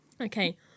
Okay